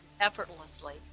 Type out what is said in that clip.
effortlessly